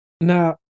Now